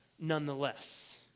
nonetheless